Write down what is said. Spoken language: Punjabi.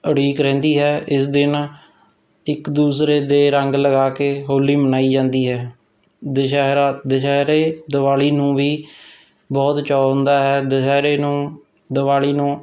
ਉਡੀਕ ਰਹਿੰਦੀ ਹੈ ਇਸ ਦਿਨ ਇੱਕ ਦੁਸਰੇ ਦੇ ਰੰਗ ਲਗਾ ਕੇ ਹੋਲੀ ਮਨਾਈ ਜਾਂਦੀ ਹੈ ਦੁਸਿਹਰਾ ਦੁਸਹਿਰੇ ਦੀਵਾਲੀ ਨੂੰ ਵੀ ਬਹੁਤ ਚਾਅ ਹੁੰਦਾ ਹੈ ਦੁਸਹਿਰੇ ਨੂੰ ਦੀਵਾਲੀ ਨੂੰ